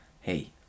hey